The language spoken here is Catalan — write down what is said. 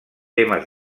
temes